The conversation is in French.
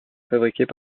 fabriquées